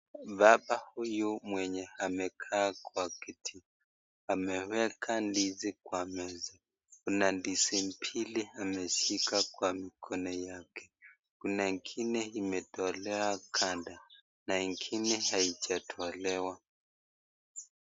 Baba huyu mwenye amekaa kwa kiti ameweka ndizi kwa meza na ndizi mbili ameshika kwa mkono yake. Kuna ingine imetolewa Ganda na ingine haijatolewa.